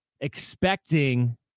expecting